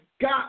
got